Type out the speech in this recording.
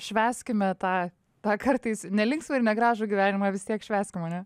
švęskime tą tą kartais nelinksmą ir negražų gyvenimą vis tiek švęskim ane